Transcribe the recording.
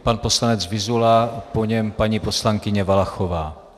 Pan poslanec Vyzula, po něm paní poslankyně Valachová.